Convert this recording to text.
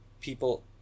people